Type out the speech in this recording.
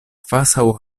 kvazaŭ